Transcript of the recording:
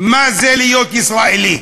מה זה להיות ישראלי,